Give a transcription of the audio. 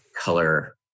color